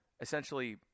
essentially